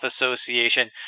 Association